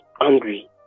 angry